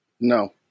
No